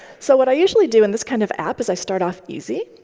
so what i usually do in this kind of app is i start off easy.